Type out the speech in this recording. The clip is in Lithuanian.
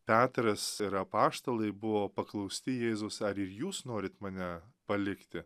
petras ir apaštalai buvo paklausti jėzus ar jūs norit mane palikti